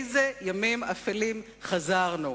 לאילו ימים אפלים חזרנו.